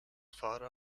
father